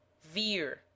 veer